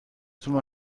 تون